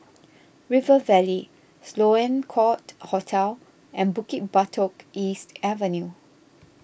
River Valley Sloane Court Hotel and Bukit Batok East Avenue